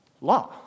law